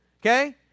okay